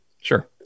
Sure